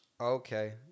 Okay